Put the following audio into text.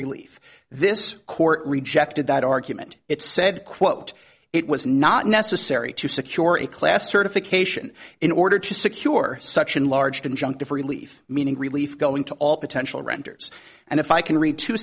relief this court rejected that argument it said quote it was not necessary to secure a class certification in order to secure such enlarged injunctive relief meaning relief going to all potential renters and if i can read two